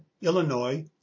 Illinois